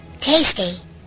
tasty